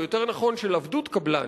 או יותר נכון של עבדות קבלן,